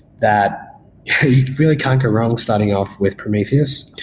that you really can't go wrong starting off with prometheus.